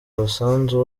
umusanzu